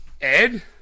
Ed